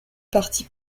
parties